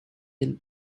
hill